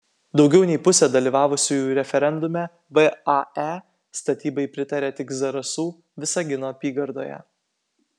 daugiau nei pusė dalyvavusiųjų referendume vae statybai pritarė tik zarasų visagino apygardoje